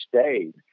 stayed